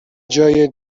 جای